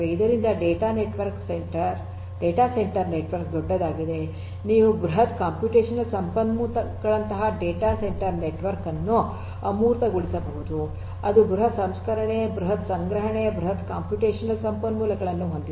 ಆದ್ದರಿಂದ data centre network ದೊಡ್ಡದಾಗಿದೆ ನೀವು ಬೃಹತ್ ಕಂಪ್ಯೂಟೇಶನಲ್ ಸಂಪನ್ಮೂಲಗಳಂತಹ ಡಾಟಾ ಸೆಂಟರ್ ನೆಟ್ವರ್ಕ್ ಅನ್ನು ಅಮೂರ್ತಗೊಳಿಸಬಹುದು ಅದು ಬೃಹತ್ ಸಂಸ್ಕರಣೆ ಬೃಹತ್ ಸಂಗ್ರಹಣೆ ಬೃಹತ್ ಕಂಪ್ಯೂಟೇಶನಲ್ ಸಂಪನ್ಮೂಲಗಳನ್ನು ಹೊಂದಿದೆ